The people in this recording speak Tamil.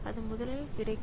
அது முதலில் கிடைக்கும்